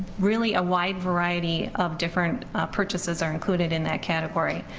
really a wide variety of different purchases are included in that category.